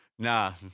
Nah